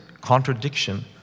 contradiction